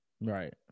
right